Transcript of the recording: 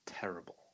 Terrible